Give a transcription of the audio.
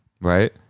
right